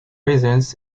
reasons